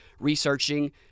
researching